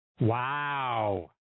Wow